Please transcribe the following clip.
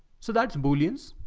so that's, bullions.